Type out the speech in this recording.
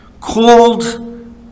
called